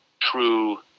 true